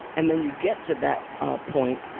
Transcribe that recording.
and then you get to that ah point,